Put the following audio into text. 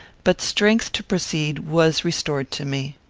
but strength to proceed was restored to me.